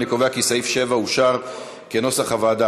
אני קובע כי סעיף 7 התקבל כנוסח הוועדה.